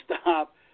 stop